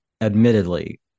admittedly